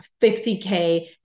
50k